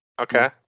Okay